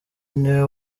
niwe